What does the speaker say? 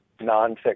nonfiction